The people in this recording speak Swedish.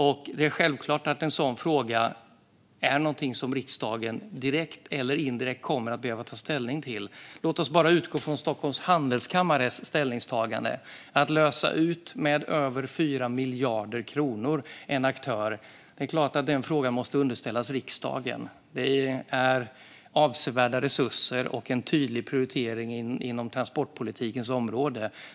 En sådan fråga är självklart någonting som riksdagen direkt eller indirekt kommer att behöva ta ställning till. Låt oss utgå från Stockholms Handelskammares ställningstagande. Att lösa ut en aktör för över 4 miljarder kronor är en fråga som måste underställas riksdagen. Det är avsevärda resurser och en tydlig prioritering inom transportpolitikens område.